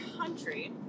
country